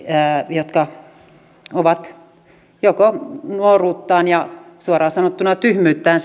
jotka ovat nuoruuttaan ja suoraan sanottuna tyhmyyttään